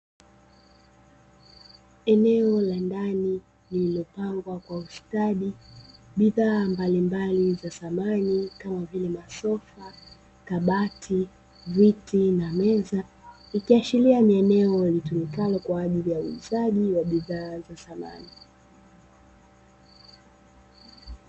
Eneo la ndani lilipangwa kwa ustadi bidhaa mbalimbali za samani kama vile masofa, kabati, viti na meza ikiaashiria ni eneo litumikalo kwa ajili ya uuzaji wa bidhaa za samani.